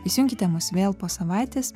įsijunkite mus vėl po savaitės